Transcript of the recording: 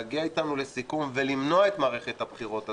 להגיע אתנו לסיכום ולמנוע את מערכת הבחירות הזאת,